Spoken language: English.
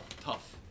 tough